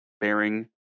bearing